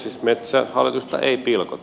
siis metsähallitusta ei pilkota